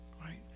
right